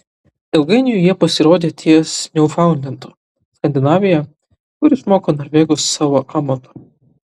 ilgainiui jie pasirodė ties niufaundlendu skandinavija kur išmokė norvegus savo amato